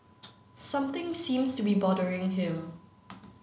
something seems to be bothering him